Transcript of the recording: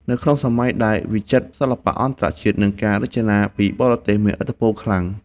នៅក្នុងសម័យដែលវិចិត្រសិល្បៈអន្តរជាតិ និងការរចនាពីបរទេសមានឥទ្ធិពលខ្លាំង